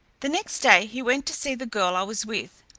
the next day he went to see the girl i was with,